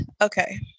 Okay